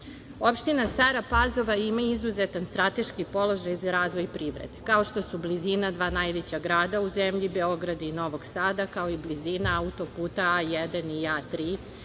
Stara Pazova ima izuzetan strateški položaj za razvoj privrede, kao što su blizina dva najveća grada u zemlji, Beograd i Novi Sad, kao i blizina auto-puta A-1 i A-3,